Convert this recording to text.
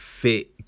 fit